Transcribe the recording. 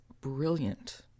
brilliant